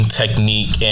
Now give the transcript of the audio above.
technique